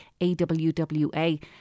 AWWA